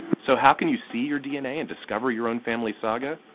so how can you see your dna and discover your own family saga.